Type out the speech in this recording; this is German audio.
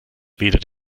weder